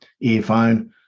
earphone